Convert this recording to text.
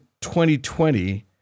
2020